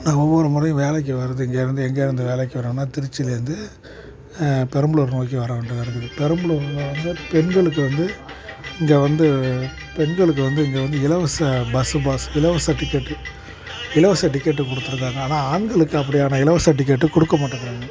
நான் ஒவ்வொரு முறையும் வேலைக்கு வர்றதுக்கு இங்கிருந்து எங்கிருந்து வேலைக்கு வர்றேனால் திருச்சியில் இருந்து பெரம்பலூரை நோக்கி வரவேண்டியதாக இருக்குது பெரம்பலூரில் வந்து பெண்களுக்கு வந்து இங்கே வந்து பெண்களுக்கு வந்து இங்கே வந்து இலவச பஸ்ஸு பாஸ் இலவச டிக்கெட் இலவச டிக்கெட்டு கொடுத்துருக்காங்க ஆனால் ஆண்களுக்கு அப்படியான இலவச டிக்கெட் கொடுக்க மாட்டேங்கிறாங்க